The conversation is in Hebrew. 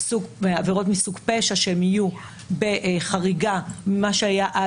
עבירות מסוג פשע יהיו בחקירה ממה שהיה אז.